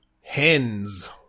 Hens